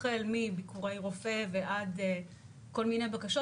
החל מביקורי רופא ועד כל מיני בקשות.